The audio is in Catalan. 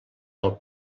del